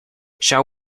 shall